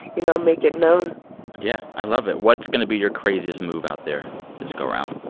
you know, make it known yeah, i love it. what's going to be your craziest move out there this go-round?